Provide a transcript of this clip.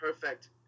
perfect